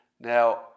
Now